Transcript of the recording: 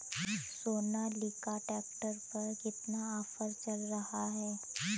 Sonalika tractor पर कितना offer चल रहा है?